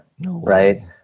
Right